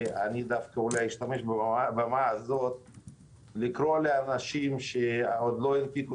אני אשתמש בבמה לקרוא לאנשים שעוד לא הנפיקו